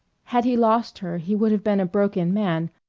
had he lost her he would have been a broken man,